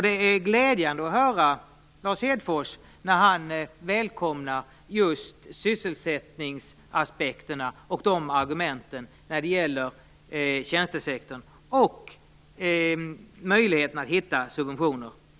Det är glädjande att höra Lars Hedfors när han välkomnar just argumenten vad gäller sysselsättningsaspekterna och möjligheterna att hitta subventioner när det gäller tjänstesektorn.